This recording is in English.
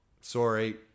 Sorry